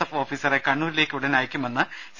F ഓഫീസറെ കണ്ണൂരിലേയ്ക്ക് ഉടൻ അയയ്ക്കുമെന്ന് സി